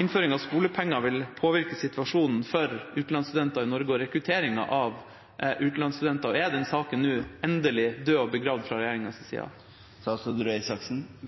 innføring av skolepenger vil påvirke situasjonen for utenlandsstudenter i Norge og rekrutteringen av utenlandsstudenter? Er den saken nå endelig død og begravet fra regjeringens side? For det